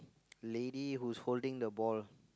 lady who's holding the ball